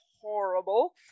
horrible